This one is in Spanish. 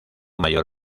mayor